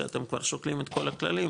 שאתם כבר שוקלים את כל הכללים,